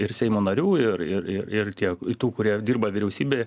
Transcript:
ir seimo narių ir ir ir ir tiek tų kurie dirba vyriausybėje